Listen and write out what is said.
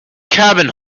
cabin